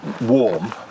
warm